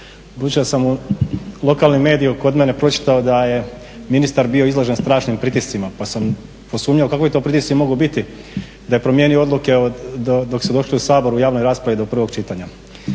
da sam u lokalnom mediju kod mene pročitao da je ministar bio izložen strašnim pritiscima, pa sam posumnjao kakvi to pritisci mogu biti da je promijenio odluke dok su došle u Sabor u javnoj raspravi do prvog čitanja.